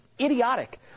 Idiotic